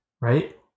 Right